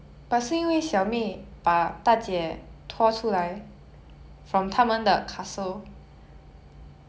okay fair fair enough okay loh so it's 小妹救大姐先 then 大姐救小妹